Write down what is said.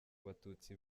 abatutsi